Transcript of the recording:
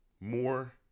more